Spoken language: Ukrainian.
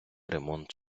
ремонт